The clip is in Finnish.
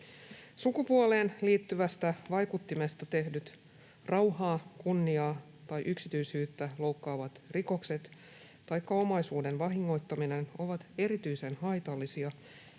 Sukupuoleen liittyvästä vaikuttimesta tehdyt rauhaa, kunniaa tai yksityisyyttä loukkaavat rikokset taikka omaisuuden vahingoittaminen ovat erityisen haitallisia, jos